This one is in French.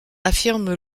affirme